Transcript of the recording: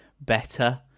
better